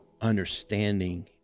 understanding